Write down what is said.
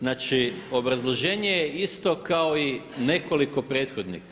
Znači, obrazloženje je isto kao i nekoliko prethodnih.